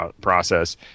process